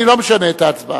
אני לא משנה את ההצבעה.